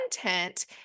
content